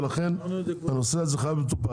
ולכן הנושא הזה חייב להיות מטופל.